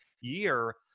year